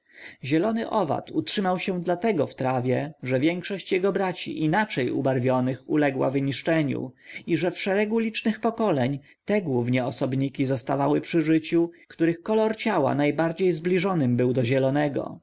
zielony owad utrzymał się dlatego w trawie że większość jego braci inaczej ubarwionych uległa wyniszczeniu i że w szeregu licznych pokoleń te głównie osobniki zostawały przy życiu których kolor ciała najbardziej zbliżonym był do zielonego